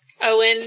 Owen